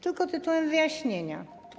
Tylko tytułem wyjaśnienia.